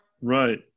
Right